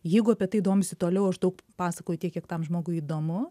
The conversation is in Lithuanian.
jeigu apie tai domisi toliau aš daug pasakoju tiek kiek tam žmogui įdomu